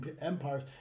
empires